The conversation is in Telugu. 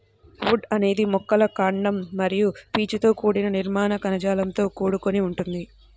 వుడ్ అనేది మొక్కల కాండం మరియు పీచుతో కూడిన నిర్మాణ కణజాలంతో కూడుకొని ఉంటుంది